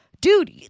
dude